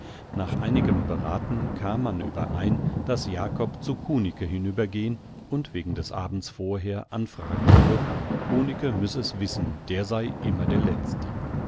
nach einigem berathen kam man überein daß jakob zu kunicke hinübergehn und wegen des abends vorher anfragen solle kunicke müss es wissen der sei immer der letzte